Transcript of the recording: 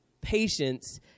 patience